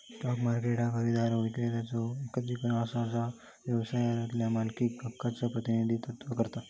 stock market ह्या खरेदीदार, विक्रेता यांचो एकत्रीकरण असा जा व्यवसायावरल्या मालकी हक्कांचा प्रतिनिधित्व करता